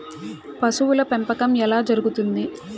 పశువుల పెంపకం ఎలా జరుగుతుంది?